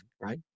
right